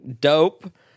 dope